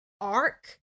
arc